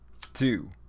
two